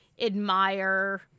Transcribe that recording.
admire